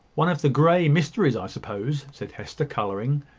one of the grey mysteries, i suppose, said hester, colouring,